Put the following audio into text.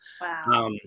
Wow